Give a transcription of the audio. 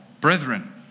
brethren